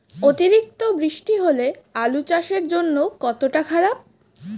অতিরিক্ত বৃষ্টি হলে আলু চাষের জন্য কতটা খারাপ?